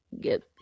get